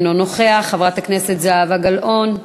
אינו נוכח, חברת הכנסת זהבה גלאון,